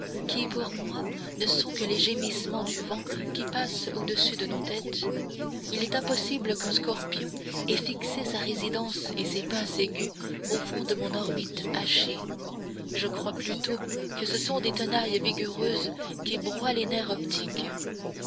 qui pour moi ne sont que les gémissements du vent qui passe au-dessus de nos têtes il est impossible qu'un scorpion ait fixé sa résidence et ses pinces aiguës au fond de mon orbite haché je crois plutôt que ce sont des tenailles vigoureuses qui broient les nerfs optiques